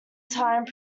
time